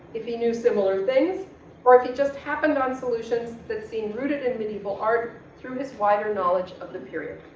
if he knew similar things or if he just happened on solutions that seemed rooted in medieval art through his wider knowledge of the period.